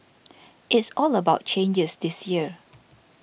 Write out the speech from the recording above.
it's all about changes this year